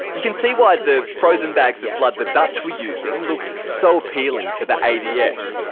you can see why the frozen bags of blood the dutch were using looked so appealing to the adf.